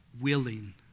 willing